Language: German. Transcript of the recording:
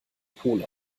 pole